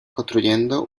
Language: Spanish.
construyendo